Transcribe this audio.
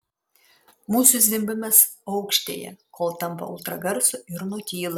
musių zvimbimas aukštėja kol tampa ultragarsu ir nutyla